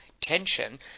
tension